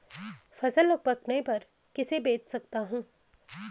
फसल पकने पर किसे बेच सकता हूँ?